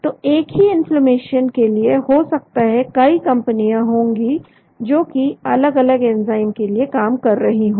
तो एक ही इन्फ्लेमेशन के लिए हो सकता है कई कंपनियां होंगी जो कि अलग अलग एंजाइम के लिए काम कर रही हो